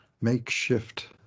makeshift